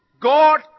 God